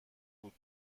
بود